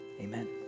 Amen